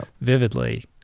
vividly